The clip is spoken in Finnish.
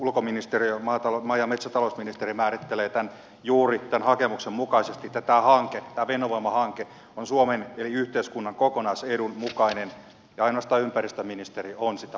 stm vm ulkoministeriö maa ja metsätalousministeriö määrittelevät juuri tämän hakemuksen mukaisesti että tämä hanke fennovoima hanke on suomen eli yhteiskunnan kokonaisedun mukainen ja ainoastaan ympäristömi nisteriö on sitä vastaan